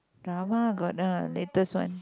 drama got ah latest one